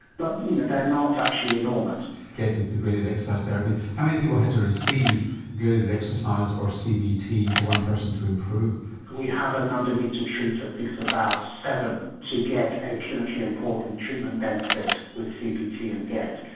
but they're not actually enormous get is the graded exercise therapy. how many people had to receive graded exercise or cbt for one person to improve? we have a number needed to treat i think it's about seven to get a clinically important treatment benefit with cbt and get.